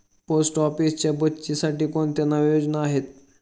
Post ऑफिसच्या बचतीसाठी कोणत्या नव्या योजना आहेत?